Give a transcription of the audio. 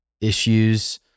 issues